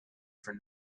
for